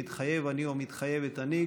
"מתחייב אני" או "מתחייבת אני",